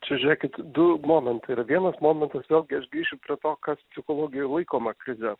čia žiūrėkit du momentai yra vienas momentas vėlgi aš grįšiu prie to kas psichologijoj laikoma krize